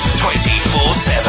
24-7